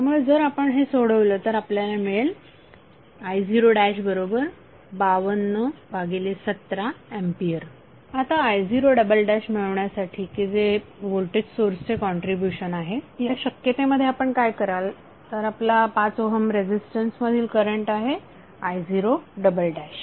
त्यामुळे जर आपण हे सोडवले तर आपल्याला मिळेल i05217A आता i0 मिळवण्यासाठी की जे व्होल्टेज सोर्सचे कॉन्ट्रीब्युशन आहे या शक्यते मध्ये आपण काय कराल आपला 5 ओहम रेझीस्टन्स मधील करंट आहे i0